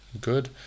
good